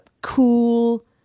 cool